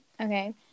okay